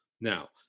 Now